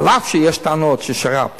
אף שיש טענות ששר"פ